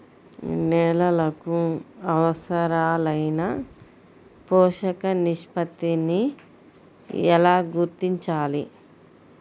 నేలలకు అవసరాలైన పోషక నిష్పత్తిని ఎలా గుర్తించాలి?